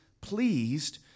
pleased